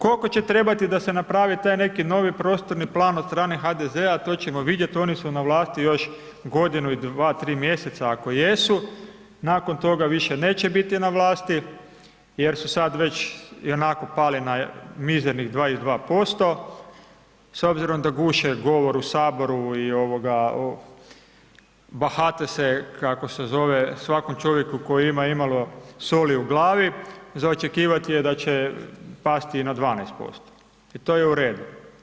Koliko će trebati da se napravi taj neki novi prostorni plan od strane HDZ-a, to ćemo vidjet, oni su na vlast još godinu i 2, 3 mj. ako jesu, nakon toga više neće niti na vlasti jer su sad već ionako pali na mizernih 22% s obzirom da guše govor u Saboru i bahate se kako se zove, svakom čovjeku koji ima imalo „soli u glavi“, za očekivat je da će pasti i na 12% i to je u redu.